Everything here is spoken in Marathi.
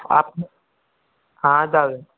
आप हां जाऊया